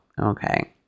okay